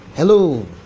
Hello